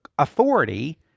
Authority